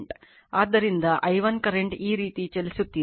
ಆದ್ದರಿಂದ i1 current ಈ ರೀತಿ ಚಲಿಸುತ್ತಿದೆ